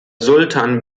sultan